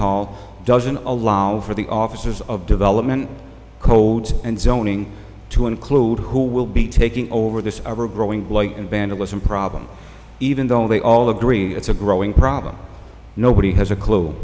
hall doesn't allow for the officers of development codes and zoning to include who will be taking over this or growing blight and vandalism problem even though they all agree it's a growing problem nobody has a clue